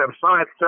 science